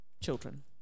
children